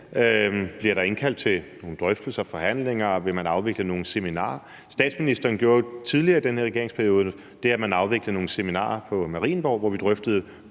Bliver der indkaldt til nogle drøftelser eller forhandlinger? Vil man afvikle nogle seminarer? Statsministeren gjorde jo tidligere i den her regeringsperiode det, at man afholdt nogle seminarer på Marienborg, hvor vi drøftede